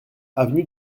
avenue